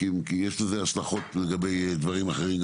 כי יש לזה השלכות גם לגבי דברים אחרים.